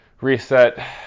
reset